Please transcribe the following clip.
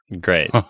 Great